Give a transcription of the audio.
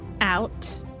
out